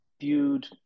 viewed